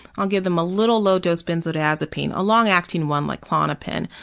i'll give them a little low dose benzodiazepine, a long-acting one like klonopin.